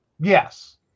Yes